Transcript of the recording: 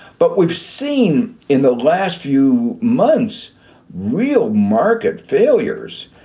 but we've seen in the last few months real market failures.